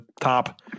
top